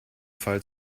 fall